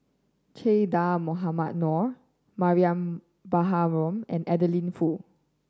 Che Dah Mohamed Noor Mariam Baharom and Adeline Foo